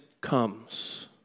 comes